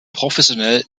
professionell